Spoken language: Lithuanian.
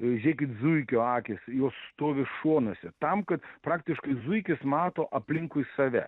žėkit zuikio akys jos stovi šonuose tam kad praktiškai zuikis mato aplinkui save